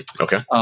Okay